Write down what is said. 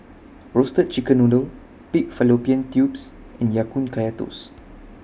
Roasted Chicken Noodle Pig Fallopian Tubes and Ya Kun Kaya Toast